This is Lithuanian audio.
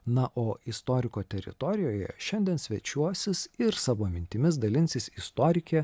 na o istoriko teritorijoje šiandien svečiuosis ir savo mintimis dalinsis istorikė